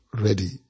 ready